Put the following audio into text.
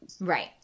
Right